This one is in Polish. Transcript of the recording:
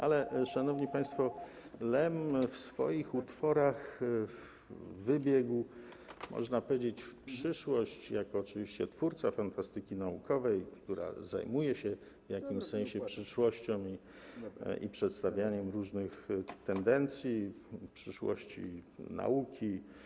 Ale, szanowni państwo, Lem w swoich utworach wybiegł, można powiedzieć, w przyszłość, oczywiście jako twórca fantastyki naukowej, która zajmuje się w jakimś sensie przyszłością i przedstawianiem różnych tendencji, przyszłości nauki.